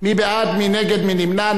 מי בעד, מי נגד, מי נמנע?